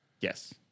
Yes